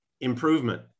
Improvement